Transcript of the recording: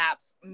apps